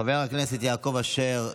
חבר הכנסת יעקב אשר,